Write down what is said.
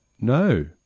no